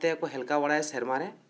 ᱛᱮ ᱠᱚ ᱦᱮᱞᱠᱟᱣ ᱵᱟᱲᱟᱭᱟ ᱥᱮᱨᱢᱟ ᱨᱮ